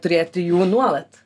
turėti jų nuolat